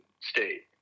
state